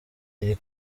iri